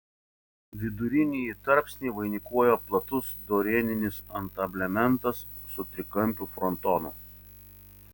vidurinįjį tarpsnį vainikuoja platus dorėninis antablementas su trikampiu frontonu